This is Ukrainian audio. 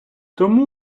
тому